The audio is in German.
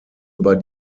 über